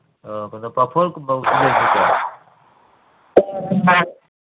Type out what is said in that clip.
ꯑ ꯀꯩꯅꯣ ꯄꯥꯐꯣꯔꯒꯨꯝꯕ